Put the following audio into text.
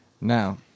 Now